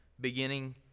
beginning